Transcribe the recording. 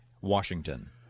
Washington